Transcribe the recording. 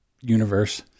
universe